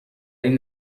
این